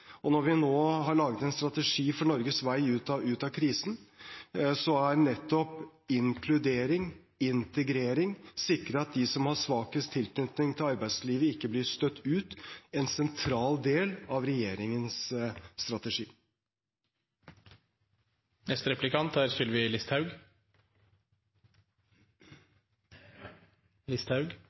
Når vi nå har laget en strategi for Norges vei ut av krisen, er nettopp inkludering, integrering, å sikre at de som har svakest tilknytning til arbeidslivet, ikke blir støtt ut, en sentral del av regjeringens